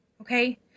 Okay